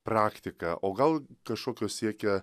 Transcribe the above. praktika o gal kašokio siekia